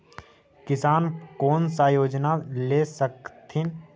किसान कोन सा योजना ले स कथीन?